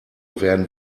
werden